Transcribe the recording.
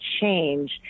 change